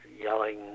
yelling